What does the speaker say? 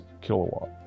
kilowatt